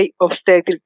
obstetric